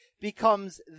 becomes